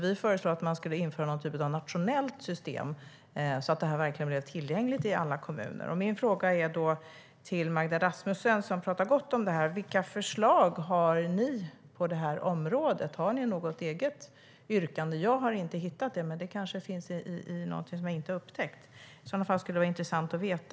Vi föreslår att man skulle införa någon typ av nationellt system så att detta blir tillgängligt i alla kommuner. Min fråga till Magda Rasmusson som pratar gott om det här är: Vilka förslag har ni på det här området? Har ni något eget yrkande? Jag har inte hittat något, men det kanske finns någonstans fast jag inte har upptäckt det. Det skulle vara intressant att veta.